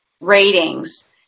ratings